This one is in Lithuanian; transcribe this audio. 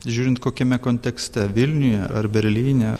žiūrint kokiame kontekste vilniuje ar berlyne